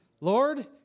lord